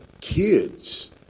kids